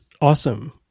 awesome